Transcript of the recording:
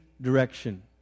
direction